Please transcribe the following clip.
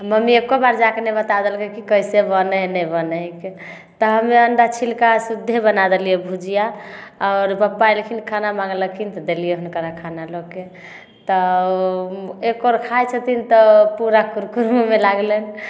mummy एक्को बार जा के नहि बता देलकै कि कैसे बनै हइ नहि बनै हयके तऽ हम्मे अण्डा छिलका सुद्धे बना देलियै भुजिया आओर पप्पा अयलखिन खाना माङ्गलखिन तऽ देलियनि हुनकरा खाना लऽ के तऽ ओ एक कौर खाय छथिन तऽ पूरा कुड़ कुड़ मुँहमे लागलनि